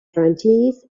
guarantees